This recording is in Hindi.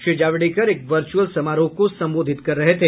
श्री जावड़ेकर एक वर्चुअल समारोह को संबोधित कर रहे थे